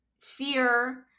fear